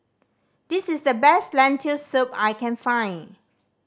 this is the best Lentil Soup I can find